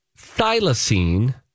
thylacine